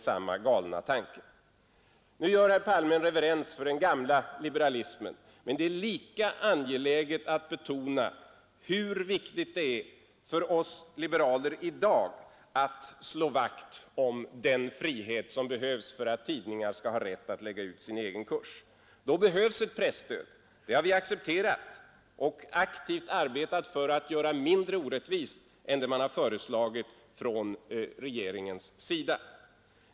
Herr Palme gjorde en reverens för den gamla liberalismen, men det är lika angeläget att betona hur viktigt det är för oss liberaler i dag att slå vakt om den frihet som behövs för att tidningar skall ha rätt att lägga ut sin egen kurs. Då behövs det ett presstöd. Det har vi accepterat. Och vi har arbetat för att göra det mindre orättvist än det som regeringen föreslagit.